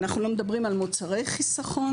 אנחנו לא מדברים על מוצרי חיסכון,